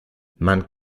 man